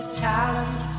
challenge